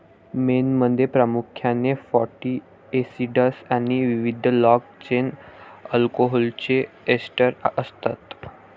मेणमध्ये प्रामुख्याने fatty acids आणि विविध लाँग चेन अल्कोहोलचे एस्टर असतात